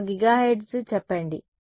1 gigahertz చెప్పండి